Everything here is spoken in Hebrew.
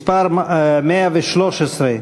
מס' 113,